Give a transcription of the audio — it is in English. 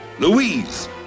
Louise